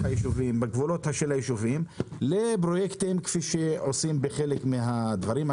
גבולות היישובים לפרויקטים כפי שעושים בחלק מהדברים.